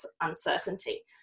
uncertainty